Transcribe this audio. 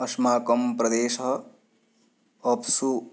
असमाकं प्रदेशः अप्सु